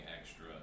extra